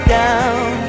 down